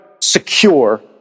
secure